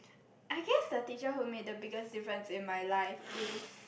I guess the teacher who made the biggest difference in my life is